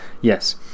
Yes